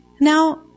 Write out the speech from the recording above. Now